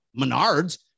Menards